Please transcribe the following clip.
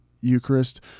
Eucharist